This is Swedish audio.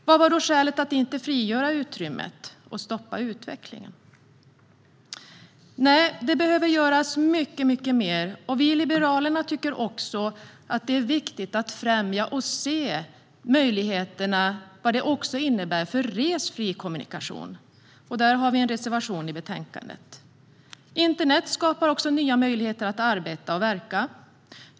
Vad var skälet till att inte frigöra utrymmet och att stoppa utvecklingen? Nej, det behöver göras mycket mer. Vi i Liberalerna tycker också att det är viktigt att främja och se möjligheterna när det gäller resfri kommunikation. Vi har en reservation i betänkandet om det. Internet skapar nya möjligheter att arbeta och verka.